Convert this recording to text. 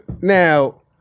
Now